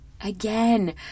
again